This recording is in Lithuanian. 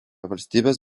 valstybės